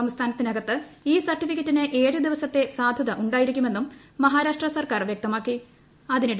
സംസ്ഥാനത്തിനകിൽ്ട് ഈ സർട്ടിഫിക്കറ്റിന് ഏഴു ദിവസത്തെ സാധുത ഉണ്ട്രീയ്ക്കിരിക്കുമെന്നും മഹാരാഷ്ട്ര സർക്കാർ വൃക്തമാക്കി